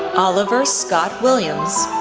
oliver scott williams,